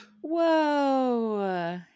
whoa